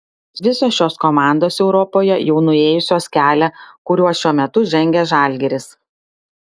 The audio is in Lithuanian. visos šios komandos europoje jau nuėjusios kelią kuriuo šiuo metu žengia žalgiris